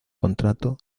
contrato